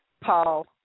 Paul